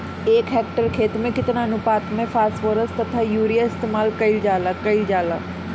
एक हेक्टयर खेत में केतना अनुपात में फासफोरस तथा यूरीया इस्तेमाल कईल जाला कईल जाला?